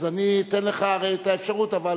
אז אני אתן לך את האפשרות, אבל